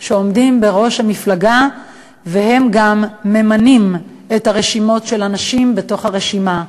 שעומדים בראש המפלגה והם גם הממנים את הנשים ברשימה,